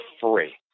free